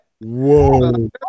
Whoa